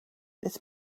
this